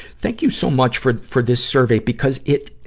thank you so much for, for this survey, because it,